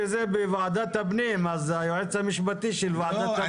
בוועדת הפנים ולכן היועץ המשפטי של ועדת הפנים יתייחס.